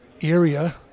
area